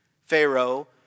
Pharaoh